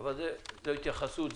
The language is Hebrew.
אבל זו התייחסות,